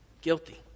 Guilty